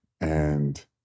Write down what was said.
and-